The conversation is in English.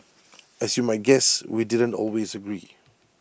as you might guess we didn't always agree